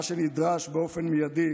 מה שנדרש באופן מיידי